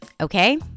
Okay